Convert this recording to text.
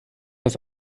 das